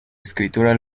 escritura